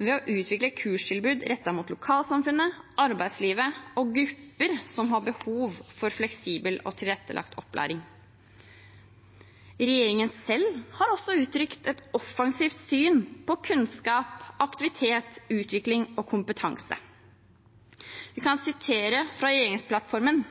ved å utvikle kortkurstilbud rettet mot lokalsamfunnet, arbeidslivet og grupper som har behov for fleksibel og tilrettelagt opplæring.» Regjeringen selv har også uttrykt et offensivt syn på kunnskap, aktivitet, utvikling og kompetanse. Jeg kan sitere fra regjeringsplattformen: